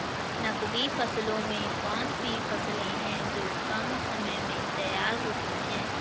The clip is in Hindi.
नकदी फसलों में कौन सी फसलें है जो कम समय में तैयार होती हैं?